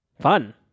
Fun